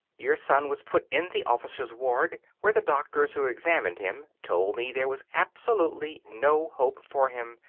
your son was put in the officers' ward, where the doctors who examined him told me there was absolutely no hope for him,